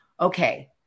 Okay